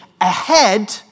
Ahead